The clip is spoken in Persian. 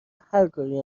هرکاری